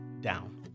down